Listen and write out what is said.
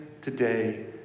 today